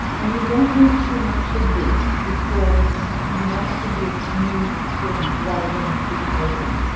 and you don't need too much of this because you want it to be a smooth film rather than a thick coating